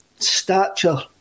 stature